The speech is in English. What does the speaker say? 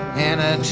and